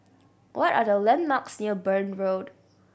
what are the landmarks near Burn Road